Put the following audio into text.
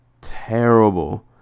terrible